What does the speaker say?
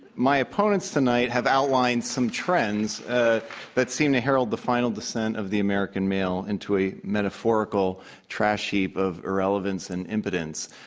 my opponents tonight have outlined some trends ah that seem to herald the final decent of the american male into a metaphorical trash heap of irrelevance and impotence.